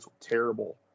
terrible